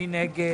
מי נגד?